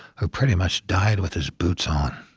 who pretty much died with his boots on.